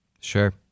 Sure